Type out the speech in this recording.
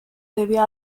debió